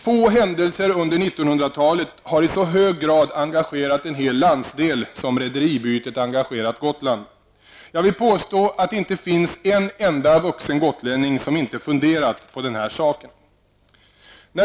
Få händelser under 1900-talet har i så hög grad engagerat en hel landsdel som rederibytet engagerat Gotland. Jag vill påstå att det inte finns en enda vuxen gotlänning som inte funderat på den här saken.